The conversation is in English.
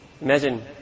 Imagine